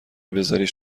بزاریش